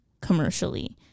commercially